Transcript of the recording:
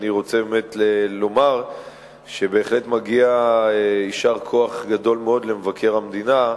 אני רוצה באמת לומר שבהחלט מגיע יישר כוח גדול מאוד למבקר המדינה.